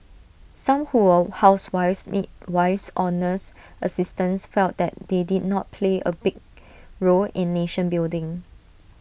some who were housewives midwives or nurse assistants felt that they did not play A big role in nation building